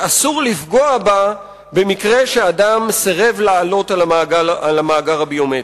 שאסור לפגוע בה במקרה שאדם סירב להיכנס למאגר הביומטרי.